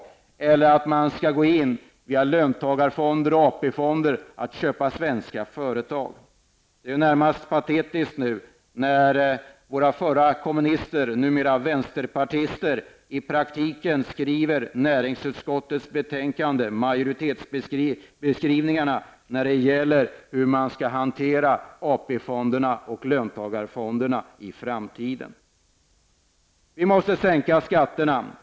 Det gäller inte heller att gå in via löntagarfonder och AP-fonder för köp av svenska företag. Det är närmast patetiskt när våra tidigare kommunister, numera vänsterpartister, i praktiken skriver näringsutskottets majoritetsuttalanden om hur man i framtiden skall hantera AP-fonderna och löntagarfonderna. Vi måste sänka skatterna.